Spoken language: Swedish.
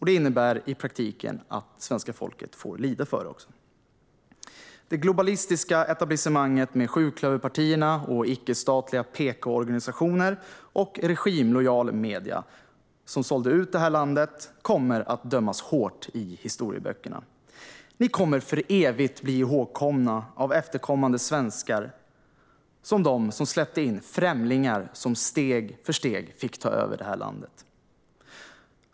Det innebär i praktiken att svenska folket får lida för det. Det globalistiska etablissemanget med sjuklöverpartierna, icke-statliga PK-organisationer och regimlojala medier som sålde ut det här landet kommer att dömas hårt i historieböckerna. Ni kommer för evigt bli ihågkomna av efterkommande svenskar som de som släppte in främlingar som steg för steg fick ta över det här landet.